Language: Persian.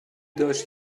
داشت